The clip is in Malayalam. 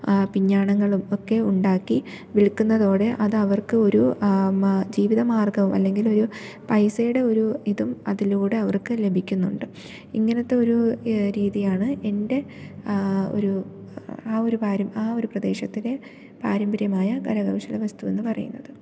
പിഞ്ഞാണങ്ങളും ഒക്കെ ഉണ്ടാക്കി വിൽക്കുന്നതോടെ അതവർക്ക് ഒരു മ ജീവിത മാർഗ്ഗവും അല്ലെങ്കിൽ ഒരു പൈസയുടെ ഒരു ഇതും അതിലൂടെ അവർക്ക് ലഭിക്കുന്നുണ്ട് ഇങ്ങനത്തെ ഒരു രീതിയാണ് എൻ്റെ ഒരു ആ ഒരു പാരം ആ ഒരു പ്രദേശത്തിലെ പാരമ്പര്യമായ കരകൗശല വസ്തു എന്നു പറയുന്നത്